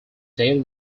daily